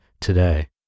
today